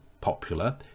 popular